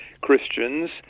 Christians